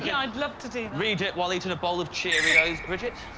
yeah i'd love to to read it while eating a bowl of cheerios bridget